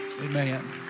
Amen